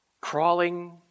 Crawling